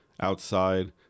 Outside